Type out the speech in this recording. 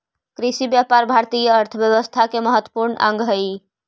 कृषिव्यापार भारतीय अर्थव्यवस्था के महत्त्वपूर्ण अंग हइ